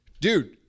Dude